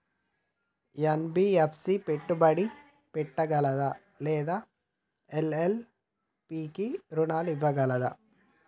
NBFC పెట్టుబడి పెట్టగలదా లేదా ఎల్.ఎల్.పి కి రుణాలు ఇవ్వగలదా?